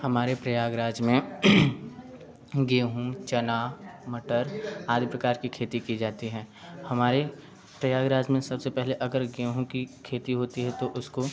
हमारे प्रयागराज में गेहूँ चना मटर आदि प्रकार कि खेती की जाती है हमारे प्रयागराज में सबसे पहले अगर गेहूँ की खेती होती है तो उसको